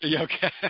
Okay